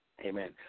Amen